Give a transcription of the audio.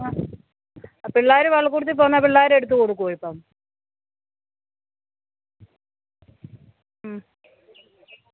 അ പിള്ളേർ പള്ളിക്കൂടത്തിൽ പോകുന്ന പിള്ളേർ എടുത്തുകൊടുക്കുമോ ഇപ്പം മ്